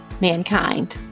mankind